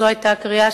זו היתה הקריאה,